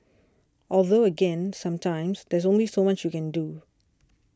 although again sometimes there's only so much you can do